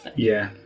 yeah,